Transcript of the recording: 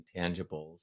intangibles